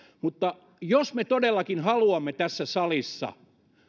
että jos me todellakin haluamme tässä salissa